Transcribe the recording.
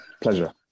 pleasure